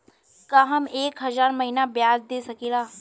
का हम एक हज़ार महीना ब्याज दे सकील?